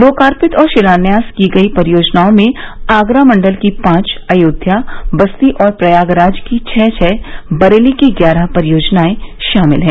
लोकार्पित और शिलान्यास की गई परियोजनाओं में आगरा मंडल की पांच अयोध्या बस्ती और प्रयागराज की छह छह बरेली की ग्यारह परियोजनाए शामिल है